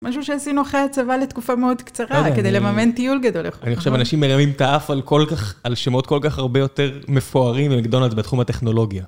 משהו שעשינו אחרי הצבא לתקופה מאוד קצרה, כדי לממן טיול גדול. אני חושב, אנשים מרימים ת'אף על כל כך, על שמות כל כך הרבה יותר מפוארים ממקדונלדס בתחום הטכנולוגיה.